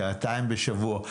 שעתיים בשבוע?